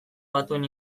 batuen